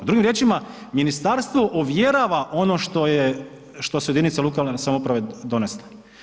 Drugim riječima ministarstvo ovjerava što su jedinice lokalne samouprave donesle.